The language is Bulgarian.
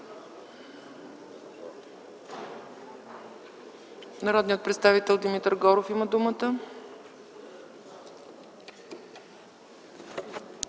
Народният представител Димитър Горов има думата.